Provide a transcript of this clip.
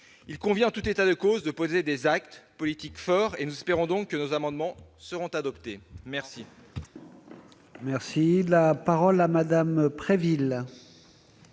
Il convient en tout état de cause de poser des actes politiques forts ; nous espérons donc que nos amendements seront adoptés. La